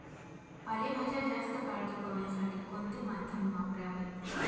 पालेभाज्या जास्त काळ टिकवण्यासाठी कोणते माध्यम वापरावे?